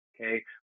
Okay